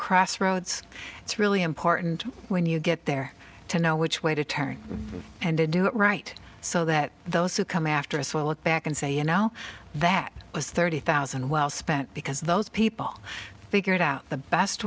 crossroads it's really important when you get there to know which way to turn and to do it right so that those who come after us will look back and say you know that was thirty thousand well spent because those people figured out the best